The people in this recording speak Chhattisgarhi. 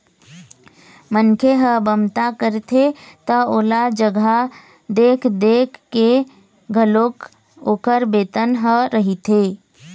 मनखे ह बमता करथे त ओला जघा देख देख के घलोक ओखर बेतन ह रहिथे